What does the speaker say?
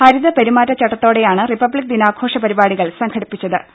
ഹരിത പെരുമാറ്റച്ചട്ടത്തോടെയാണ് റിപ്പബ്ലിക് ദിനാഘോഷ പരിപാടി കൾ സംഘടിപ്പിച്ചത് ടെട്ട എ